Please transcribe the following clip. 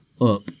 up